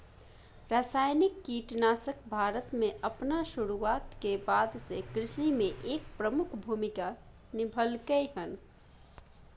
रासायनिक कीटनाशक भारत में अपन शुरुआत के बाद से कृषि में एक प्रमुख भूमिका निभलकय हन